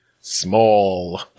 small